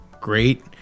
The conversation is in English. great